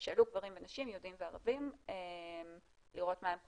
שאלו גברים ונשים יהודים וערבים לראות מה הם חושבים.